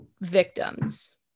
victims